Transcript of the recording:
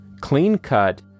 clean-cut